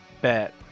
Bet